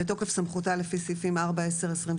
בתוקף סמכותה לפי סעיפים 4/10/23/24/25